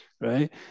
right